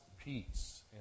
peace